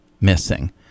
missing